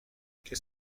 qu’est